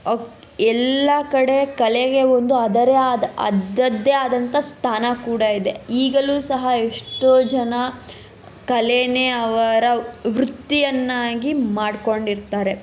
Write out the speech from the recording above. ಎಲ್ಲ ಕಡೆ ಕಲೆಗೆ ಒಂದು ಅದರೆ ಆದ ಅದರದ್ದೇ ಆದಂಥ ಸ್ಥಾನ ಕೂಡ ಇದೆ ಈಗಲೂ ಸಹ ಎಷ್ಟೋ ಜನ ಕಲೆನೇ ಅವರ ವೃತ್ತಿಯನ್ನಾಗಿ ಮಾಡಿಕೊಂಡಿರ್ತಾರೆ